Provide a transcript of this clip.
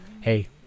hey